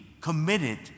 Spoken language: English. committed